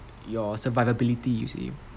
your survivability you see